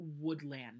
woodland